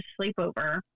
sleepover